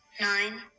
Nine